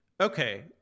okay